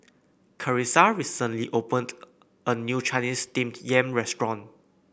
Carissa recently opened a new Chinese Steamed Yam restaurant